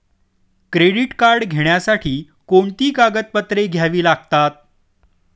Credit card घेण्यासाठी कोणती कागदपत्रे घ्यावी लागतात?